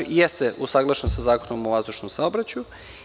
Znači, jeste usaglašen sa Zakonom o vazdušnom saobraćaju.